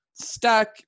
stuck